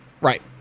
Right